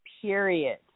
period